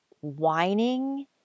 whining